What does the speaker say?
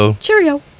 Cheerio